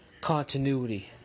continuity